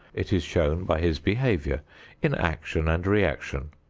it is shown by his behavior in action and reaction.